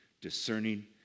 discerning